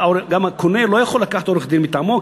הקונה לא יכול לקחת עורך-דין מטעמו,